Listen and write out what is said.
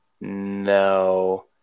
No